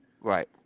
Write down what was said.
Right